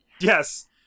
Yes